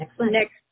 next